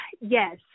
yes